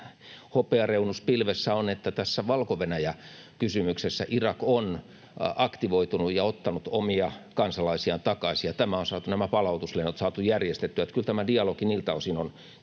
pieni hopeareunus pilvessä on, että tässä Valko-Venäjä-kysymyksessä Irak on aktivoitunut ja ottanut omia kansalaisiaan takaisin, ja nämä palautuslennot on saatu järjestettyä. Että kyllä tämä dialogi niiltä osin on